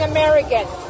Americans